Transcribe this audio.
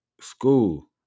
school